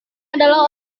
adalah